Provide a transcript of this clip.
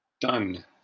Done